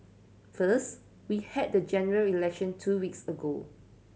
first we had the General Election two weeks ago